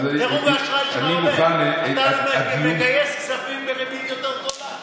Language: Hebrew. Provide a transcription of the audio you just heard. דירוג האשראי שלך עולה וניתן לגייס כספים בריבית יותר זולה.